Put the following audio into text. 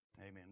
Amen